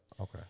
Okay